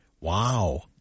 Wow